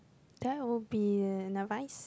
that would be an advice